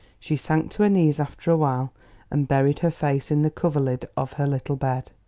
she sank to her knees after awhile and buried her face in the coverlid of her little bed.